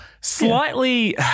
Slightly